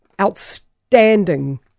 outstanding